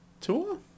Tour